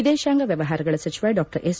ವಿದೇಶಾಂಗ ವ್ಯವಹಾರಗಳ ಸಚಿವ ಡಾ ಎಸ್